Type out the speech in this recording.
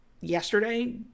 yesterday